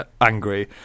angry